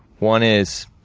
one is,